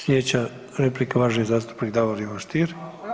Sljedeća replika, uvaženi zastupnik Davor Ivo Stier.